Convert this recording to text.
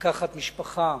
לקחת משפחה,